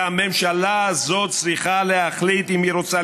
והממשלה הזאת צריכה להחליט אם היא רוצה